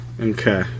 Okay